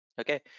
okay